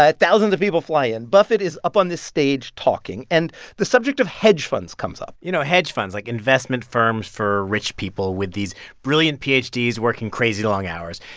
ah thousands of people fly in. buffett is up on this stage talking, and the subject of hedge funds comes up you know, hedge funds like, investment firms for rich people with these brilliant ph d s working crazy long hours.